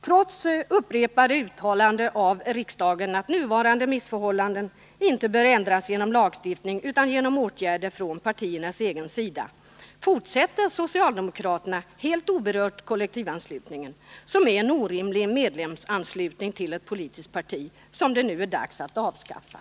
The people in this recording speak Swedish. Trots upprepade uttalanden av riksdagen att ”nuvarande missförhållanden inte bör ändras genom lagstiftning utan genom åtgärder från partiernas egen sida”, fortsätter socialdemokraterna helt oberört kollektivanslutningen, som är en orimlig medlemsanslutning till ett politiskt parti och som det är dags att avskaffa.